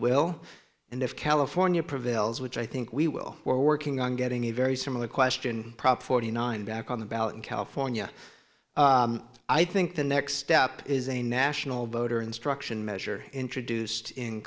will and if california prevails which i think we will we're working on getting a very similar question prop forty nine back on the ballot in california i think the next step is a national voter instruction measure introduced in